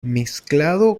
mezclado